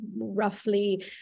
roughly